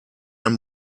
ein